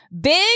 Big